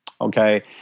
Okay